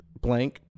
blank